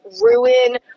ruin